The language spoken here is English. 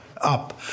up